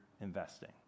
investing